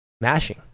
mashing